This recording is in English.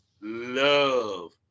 love